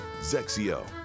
zexio